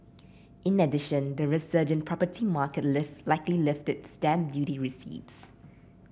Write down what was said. in addition the resurgent property market lift likely lifted stamp duty receipts